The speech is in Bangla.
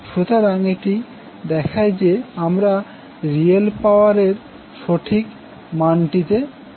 সুতরাং এটি দেখায় যে আমরা রিয়েল পাওয়ার এর সঠিক মানটিতে পৌঁছেছি